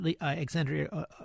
Alexandria